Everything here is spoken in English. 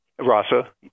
Rasa